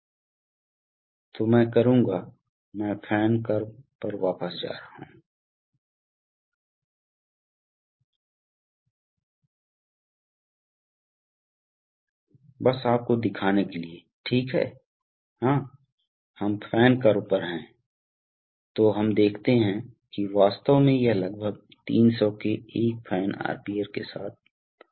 अब जब दबाव बनता है तो आप इस रेखा के साथ आगे बढ़ रहे होते हैं कंप्रेसर अब चालू है और फिर आप वास्तव में हालांकि आप इसे 120 p पर रखना चाहते हैं 120 psi नाममात्र वोल्टेज है जहां आप इसे रखना चाहते हैं लेकिन आप वास्तव में इसे एक निश्चित बिंदु तक जाने देते हैं आइए हम 125 psi तक कहते हैं और फिर से जब यह 125 psi तक पहुंचता है तो आप वास्तव में इसे रोकते हैं इसलिए आप यहां आते हैं ठीक है